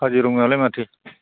काजिरङायावलाय माथो